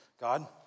God